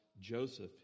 Joseph